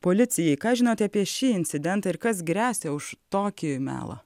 policijai ką žinote apie šį incidentą ir kas gresia už tokį melą